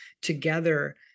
together